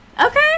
okay